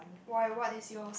why what is yours